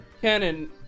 Cannon